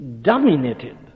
dominated